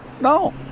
No